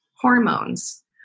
hormones